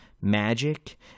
magic